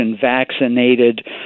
vaccinated